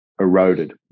eroded